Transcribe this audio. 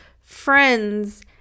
friends